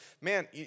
man